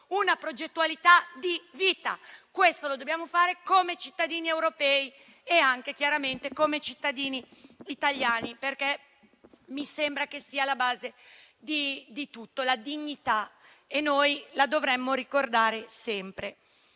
una progettualità di vita. Questo lo dobbiamo fare come cittadini europei e anche, chiaramente, come cittadini italiani perché mi sembra che la base di tutto sia la dignità e noi dovremmo ricordarla sempre.